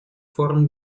форум